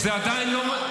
מה יש לך?